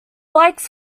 likes